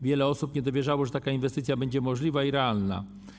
Wiele osób nie dowierzało, że taka inwestycja będzie możliwa i realna.